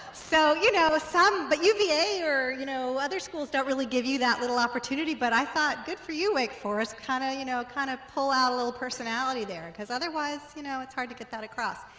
so you know some but uva or you know other schools don't really give you that little opportunity but i thought good for you wake forest kind of you know kind of pull a little personality there because otherwise you know it's hard to get that across.